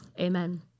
amen